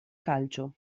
calcio